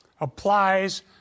applies